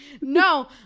no